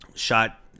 Shot